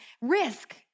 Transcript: Risk